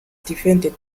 defended